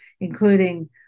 including